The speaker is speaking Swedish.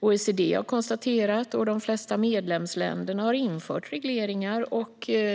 De flesta av OECD:s medlemsländer har infört regleringar på detta område.